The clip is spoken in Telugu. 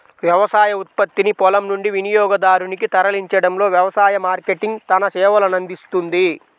వ్యవసాయ ఉత్పత్తిని పొలం నుండి వినియోగదారునికి తరలించడంలో వ్యవసాయ మార్కెటింగ్ తన సేవలనందిస్తుంది